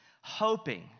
hoping